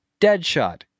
Deadshot